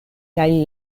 kaj